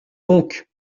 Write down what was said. donc